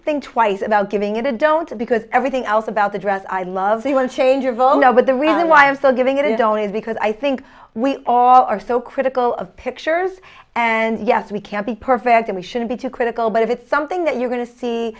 think twice about giving it a don't because everything else about the dress i love the one change of oh no but the reason why i'm so giving it is only because i think we all are so critical of pictures and yes we can't be perfect and we shouldn't be too critical but if it's something that you're go